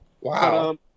Wow